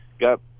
got